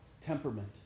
temperament